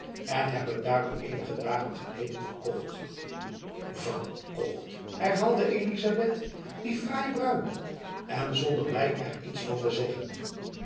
en heb het daarom eenige dagen geleden verkocht verkocht herhaalde elizabeth dien fraaien bruin en zonder my er iets van te zeggen